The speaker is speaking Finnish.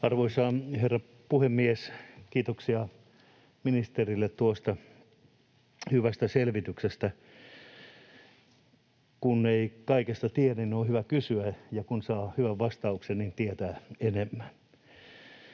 Herra puhemies! Kiitoksia ministerille tuosta hyvästä selvityksestä. Kun ei kaikesta tiedä, niin on hyvä kysyä, ja kun saa hyvän vastauksen, niin tietää enemmän.